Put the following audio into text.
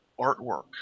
artwork